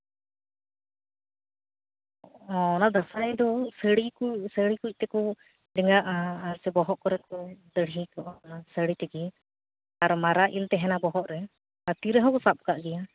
ᱚ ᱚᱱᱟ ᱫᱟᱸᱥᱟᱭ ᱫᱚ ᱥᱟᱹᱲᱤ ᱠᱚ ᱛᱮᱠᱚ ᱰᱮᱸᱜᱟᱜᱼᱟ ᱟᱨ ᱥᱮ ᱵᱚᱦᱚᱜ ᱠᱚᱨᱮ ᱠᱚ ᱫᱟᱹᱦᱲᱤ ᱠᱚᱜᱼᱟ ᱥᱟᱹᱲᱤ ᱛᱮᱜᱮ ᱟᱨ ᱢᱟᱨᱟᱜ ᱤᱞ ᱛᱟᱦᱮᱱᱟ ᱵᱚᱦᱚᱜ ᱨᱮ ᱟᱨ ᱛᱤ ᱨᱮᱦᱚᱸ ᱠᱚ ᱥᱟᱵ ᱠᱟᱜ ᱜᱮᱭᱟ